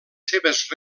seves